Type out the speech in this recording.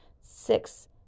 Six